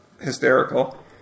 hysterical